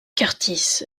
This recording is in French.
curtis